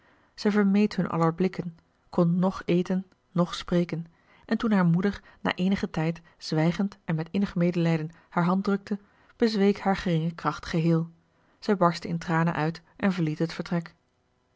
zij vermeed hun aller blikken kon noch eten noch spreken en toen haar moeder na eenigen tijd zwijgend en met innig medelijden haar hand drukte bezweek haar geringe kracht geheel zij barstte in tranen uit en verliet het vertrek